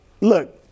look